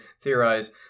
theorize